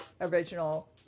original